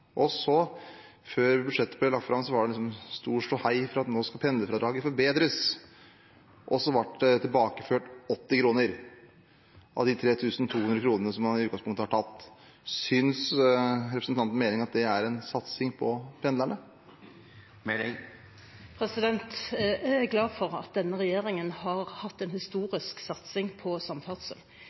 og så ble det tilbakeført 80 kr av de 3 200 kronene som man i utgangspunktet har tatt. Synes representanten Meling at det er en satsing på pendlerne? Jeg er glad for at denne regjeringen har hatt en historisk satsing på samferdsel.